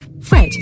Fred